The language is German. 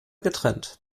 getrennt